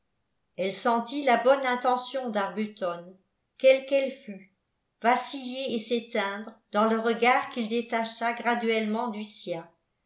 elle sentit la bonne intention d'arbuton quelle qu'elle fût vaciller et s'éteindre dans le regard qu'il détacha graduellement du sien